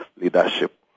leadership